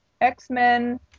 x-men